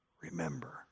Remember